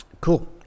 Cool